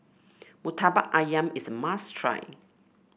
murtabak ayam is a must try